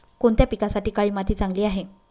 कोणत्या पिकासाठी काळी माती चांगली आहे?